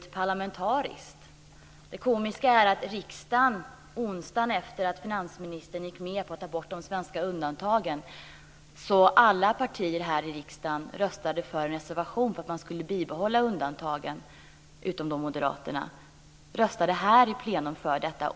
Det komiska är att alla partier utom Moderaterna i riksdagen onsdagen efter det att finansministern gått med på att ta bort de svenska undantagen röstade för en reservation om bibehållande av undantagen.